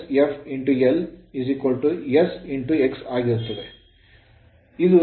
ಆದ್ದರಿಂದ ಇದು 2 pi sfL s X ಆಗಿರುತ್ತದೆ